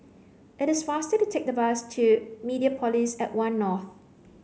it is faster to take the bus to Mediapolis at One North